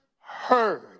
heard